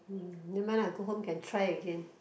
mm never mind lah go home can try again